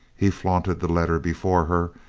he flaunted the letter before her,